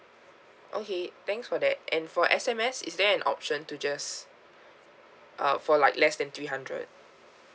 okay thanks for that and for S_M_S is there an option to just uh for like less than three hundred